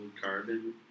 carbon